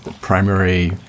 primary